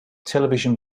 television